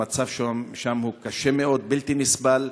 המצב שם קשה מאוד, בלתי נסבל,